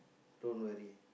don't worry